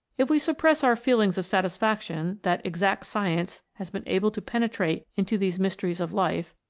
if we suppress our feelings of satisfaction that exact science has been able to penetrate into these mysteries of life,